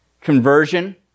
conversion